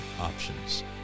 options